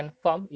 mm